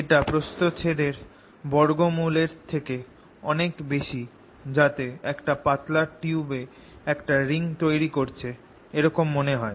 এটা প্রস্থচ্ছেদ এর বর্গমূল এর থেকে অনেক বেশি যাতে একটা পাতলা টিউবই একটা রিং তৈরি করছে এরকম মনে হয়